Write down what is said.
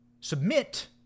submit